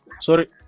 Sorry